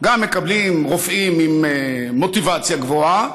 גם מקבלים רופאים עם מוטיבציה גבוהה,